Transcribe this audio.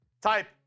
Type